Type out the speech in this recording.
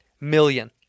million